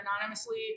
anonymously